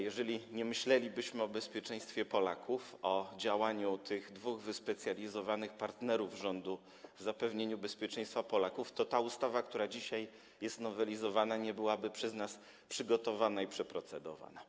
Jeżeli nie myślelibyśmy o bezpieczeństwie Polaków, o działaniu tych dwóch wyspecjalizowanych partnerów rządu w zapewnianiu bezpieczeństwa Polaków, to ta ustawa, która dzisiaj jest nowelizowana, nie byłaby przez nas przygotowana i przeprocedowana.